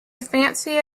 fancy